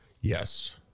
Yes